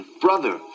brother